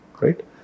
right